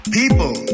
people